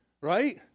right